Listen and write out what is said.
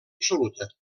absoluta